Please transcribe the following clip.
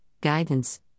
guidance